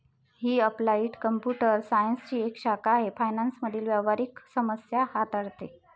ही applied computer सायन्सची एक शाखा आहे फायनान्स मधील व्यावहारिक समस्या हाताळते